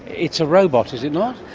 it's a robot, is it not?